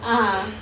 (uh huh)